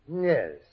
Yes